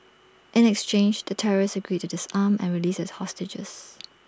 in exchange the terrorists agreed to disarm and released the hostages